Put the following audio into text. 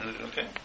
Okay